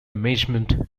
amazement